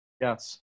Yes